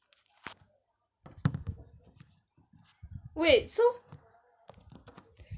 wait so